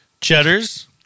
Cheddar's